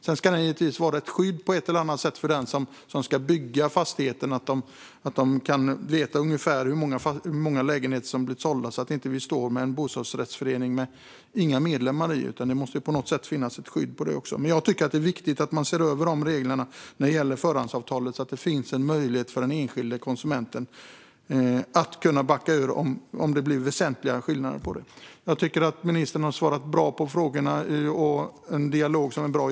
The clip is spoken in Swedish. Sedan ska det givetvis finnas ett skydd för den som ska bygga fastigheten, så att man vet ungefär hur många lägenheter som blivit sålda så att man inte står med en bostadsrättsförening utan medlemmar. Jag tycker att det är viktigt att man ser över reglerna om förhandsavtal, så att det finns en möjlighet för den enskilda konsumenten att backa ur om det uppstår väsentliga skillnader. Jag tycker att ministern har gett bra svar på frågorna, och vi har haft en bra dialog.